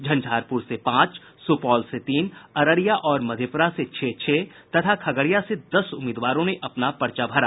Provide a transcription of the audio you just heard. झंझारपुर से पांच सुपौल से तीन अररिया और मधेप्ररा से छह छह तथा खगड़िया से दस उम्मीदवारों ने अपना पर्चा भरा